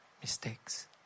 mistakes